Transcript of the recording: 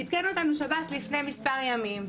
עדכן אותנו שב"ס לפני מספר ימים,